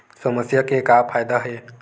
समस्या के का फ़ायदा हे?